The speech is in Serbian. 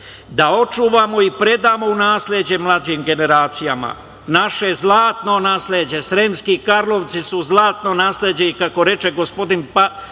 da očuvamo i predamo u nasleđe mlađim generacijama naše zlatno nasleđe, Sremski Karlovci su zlatno nasleđe, i kako reče gospodin Pastor,